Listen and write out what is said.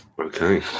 Okay